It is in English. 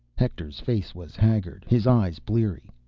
hector's face was haggard, his eyes bleary.